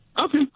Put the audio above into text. Okay